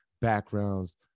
backgrounds